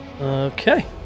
Okay